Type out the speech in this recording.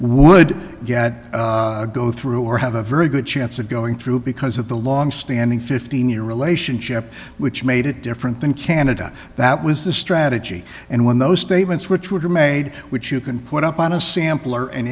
would get go through or have a very good chance of going through because of the longstanding fifteen year relationship which made it different than can that was the strategy and when those statements which were made which you can put up on a sampler and